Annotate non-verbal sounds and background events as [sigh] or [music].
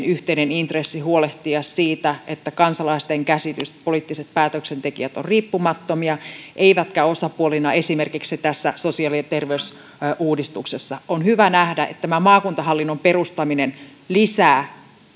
[unintelligible] yhteinen intressi huolehtia siitä että kansalaisten käsitys on että poliittiset päätöksentekijät ovat riippumattomia eivätkä osapuolina esimerkiksi tässä sosiaali ja terveysuudistuksessa on hyvä nähdä että tämä maakuntahallinnon perustaminen lisää